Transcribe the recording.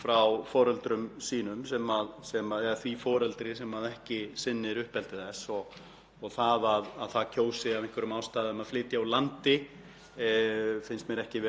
finnst mér ekki vera efnisrök fyrir því að barnið njóti ekki sömu réttinda og önnur börn.